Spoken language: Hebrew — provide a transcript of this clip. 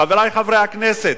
חברי חברי הכנסת,